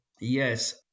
yes